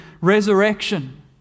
resurrection